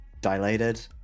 dilated